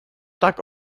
tak